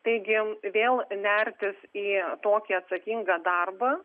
taigi vėl nertis į tokį atsakingą darbą